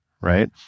right